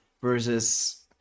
versus